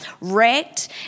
wrecked